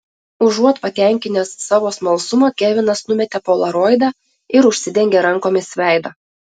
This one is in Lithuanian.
užuot patenkinęs savo smalsumą kevinas numetė polaroidą ir užsidengė rankomis veidą